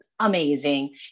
amazing